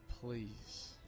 Please